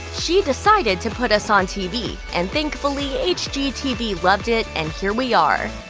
she decided to put us on tv and thankfully hgtv loved it and here we are.